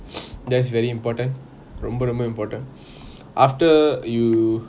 that's very important ரொம்ப ரொம்ப:romba romba important after you